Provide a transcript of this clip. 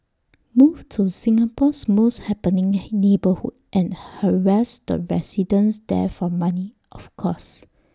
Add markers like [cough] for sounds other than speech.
move to Singapore's most happening [hesitation] neighbourhood and harass the residents there for money of course